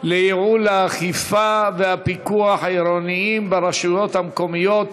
לייעול האכיפה והפיקוח העירוניים ברשויות המקומיות